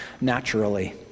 naturally